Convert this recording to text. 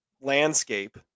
landscape